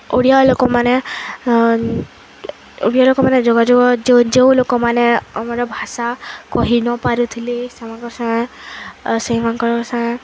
ଓଡ଼ିଆ ଲୋକମାନେ ଓଡ଼ିଆ ଲୋକମାନେ ଯୋଗାଯୋଗ ଯେଉଁ ଲୋକମାନେ ଆମର ଭାଷା କହି ନପାରୁଥିଲେ ସେମାନଙ୍କ ସାଙ୍ଗେ ସେମାନଙ୍କ ସାଙ୍ଗେ